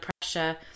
pressure